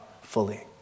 fully